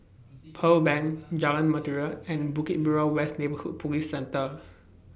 Pearl Bank Jalan Mutiara and Bukit Merah West Neighbourhood Police Centre